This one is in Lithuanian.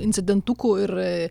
incidentukų ir